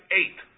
eight